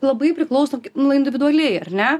labai priklauso nu individualiai ar ne